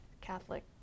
Catholic